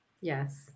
Yes